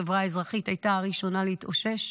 החברה האזרחית הייתה הראשונה להתאושש